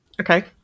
Okay